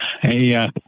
Hey